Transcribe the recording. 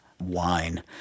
Wine